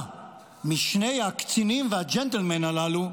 גיבוב של הבלים וקונספירציות,